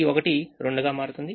ఈ 1 2 గా మారుతుంది